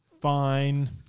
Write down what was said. Fine